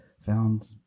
found